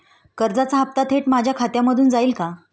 कर्जाचा हप्ता थेट माझ्या खात्यामधून जाईल का?